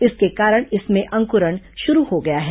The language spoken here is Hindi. इसके कारण इसमें अंक्रण शुरू हो गया है